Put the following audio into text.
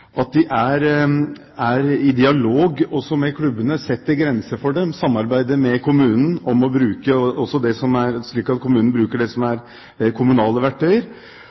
miljøene. De har hatt god oversikt, de er i dialog også med klubbene, setter grenser for dem, samarbeider med kommunen slik at kommunen bruker det som er kommunale